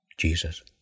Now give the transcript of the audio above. jesus